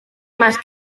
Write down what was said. más